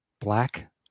Black